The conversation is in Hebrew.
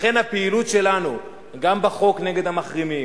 לכן הפעילות שלנו גם בחוק נגד המחרימים,